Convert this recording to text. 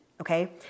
okay